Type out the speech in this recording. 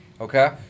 Okay